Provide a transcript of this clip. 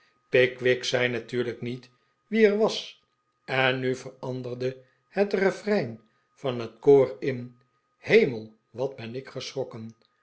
pickwick zei natuurlijk niet wie er was en nu veranderde het refrein van het koor in hemel wat ben ik